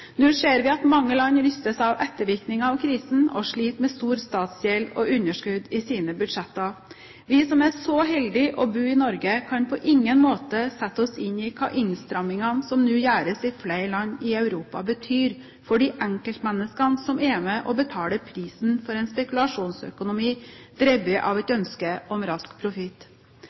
Nå ser vi at mange land rystes av ettervirkninger av krisen og sliter med stor statsgjeld og underskudd i sine budsjetter. Vi som er så heldige å bo i Norge, kan på ingen måte sette oss inn i hva innstrammingene som nå gjøres i flere land i Europa, betyr for de enkeltmenneskene som er med og betaler prisen for en spekulasjonsøkonomi drevet at et ønske om rask profitt.